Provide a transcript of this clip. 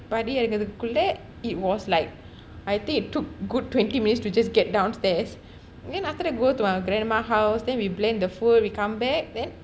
படி இறங்குறதற்குள்ள:padi irangutharkulla it was like I think it took good twenty minutes to just get downstairs then after that go to our grandma house then we blend the food we come back then